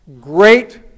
great